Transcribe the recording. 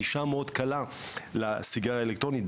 הגישה המאוד קלה לסיגריה האלקטרונית,